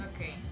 Okay